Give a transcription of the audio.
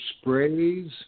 sprays